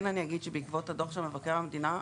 בעקבות הדוח של מבקר המדינה,